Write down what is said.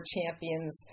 Champions